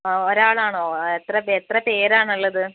ആ ഒരാളാണോ എത്ര എത്ര പേരാണുള്ളത്